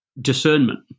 discernment